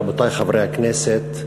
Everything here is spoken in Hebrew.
רבותי חברי הכנסת,